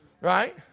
Right